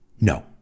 No